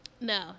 No